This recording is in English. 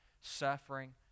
suffering